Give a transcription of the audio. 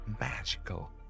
magical